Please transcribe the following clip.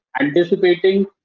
anticipating